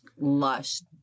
lush